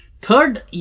Third